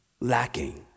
lacking